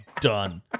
done